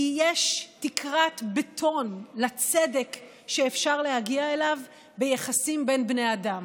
כי יש תקרת בטון לצדק שאפשר להגיע אליו ביחסים בין בני אדם.